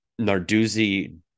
Narduzzi